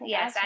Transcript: Yes